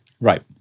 Right